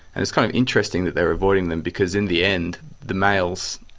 and it's kind of interesting that they are avoiding them, because in the end, the males,